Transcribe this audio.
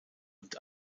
und